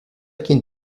quien